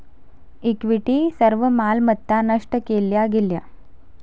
equity सर्व मालमत्ता नष्ट केल्या गेल्या